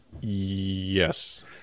Yes